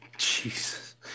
Jesus